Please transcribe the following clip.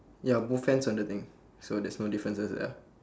ya both hands on the thing so there's no differences ah